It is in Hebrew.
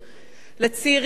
לצעירים יותר,